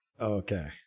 Okay